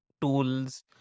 tools